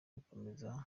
gukomeza